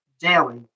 daily